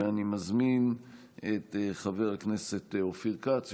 ואני מזמין את חבר הכנסת אופיר כץ,